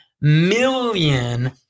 million